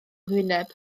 hwyneb